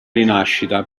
rinascita